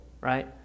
right